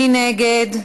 מי נגד?